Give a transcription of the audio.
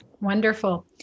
Wonderful